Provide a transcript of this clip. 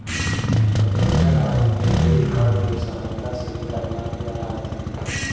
जादेतर अदमी debit card के सहायता से खरीदारी कर हथिन